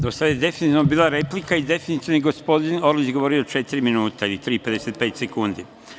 Do sada je definitivno bila replika i definitivno je gospodin Orlić govorio četiri minuta ili tri minuta i 55 sekundi.